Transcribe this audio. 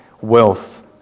wealth